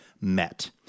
met